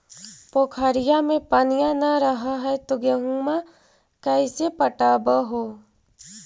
पोखरिया मे पनिया न रह है तो गेहुमा कैसे पटअब हो?